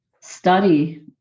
study